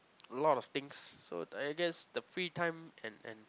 a lot of things so I guess the free time and and